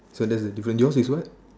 so that's the difference yours is what